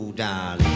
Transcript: darling